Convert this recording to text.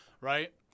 right